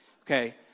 Okay